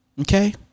Okay